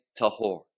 Tahor